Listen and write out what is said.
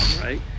right